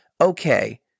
Okay